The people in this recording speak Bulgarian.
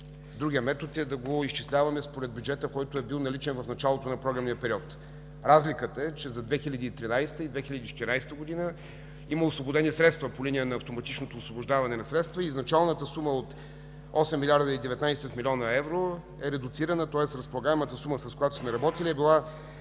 другият метод е да го изчисляваме според бюджета, наличен в началото на програмния период. Разликата е, че за 2013 г. и 2014 г. има освободени средства по линия на автоматичното освобождаване на средства и началната сума от 8 млрд. 19 млн. евро е редуцирана, тоест разполагаемата сума, с която сме работили, е била